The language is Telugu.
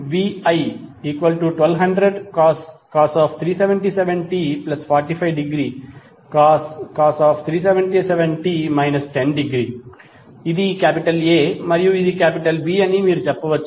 pvi1200cos 377t45° cos 377t 10° ఇది A మరియు ఇది B అని మీరు చెప్పవచ్చు